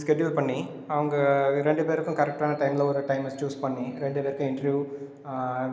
schedule பண்ணி அவங்க ரெண்டு பேருக்கும் கரெக்டான டைமில் ஒரு டைமை சூஸ் பண்ணி ரெண்டு பேருக்கும் இன்டெர்வியூ